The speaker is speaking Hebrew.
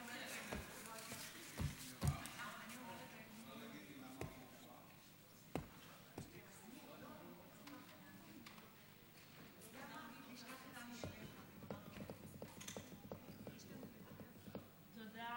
תודה